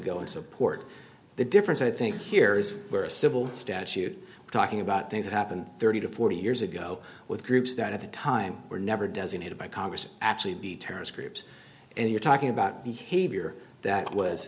go and support the difference i think here is where a civil statute talking about things that happened thirty to forty years ago with groups that at the time were never designated by congress actually be terrorist groups and you're talking about behavior that was